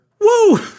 Woo